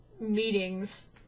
meetings